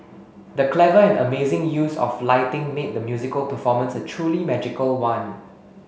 the clever and amazing use of lighting made the musical performance a truly magical one